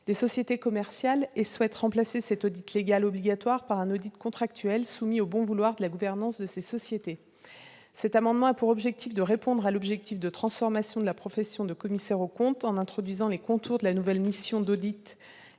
des sociétés commerciales et remplace cet audit légal obligatoire par un audit contractuel soumis au bon vouloir de la gouvernance de ces sociétés. Le présent amendement a pour objet de répondre à l'objectif de transformation de la profession de commissaires aux comptes en introduisant les contours de la nouvelle mission d'audit